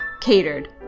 Catered